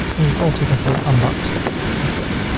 and you also can say unboxed like that.